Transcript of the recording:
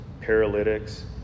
paralytics